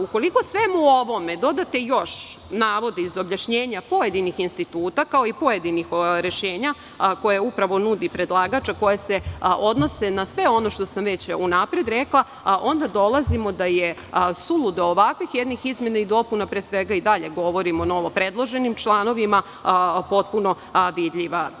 Ukoliko svemu ovome dodate još navode iz objašnjenja pojedinih instituta, kao i pojedinih rešenja koje upravo nudi predlagač, a koja se odnose na sve ono što sam već unapred rekla, onda dolazimo da je suludo ovakvih jednih izmena i dopuna, pre svega i dalje govorim o novopredloženim članovima, potpuno vidljiva.